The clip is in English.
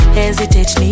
hesitate